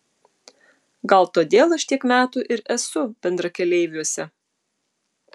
gal todėl aš tiek metų ir esu bendrakeleiviuose